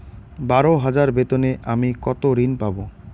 বারো হাজার বেতনে আমি কত ঋন পাব?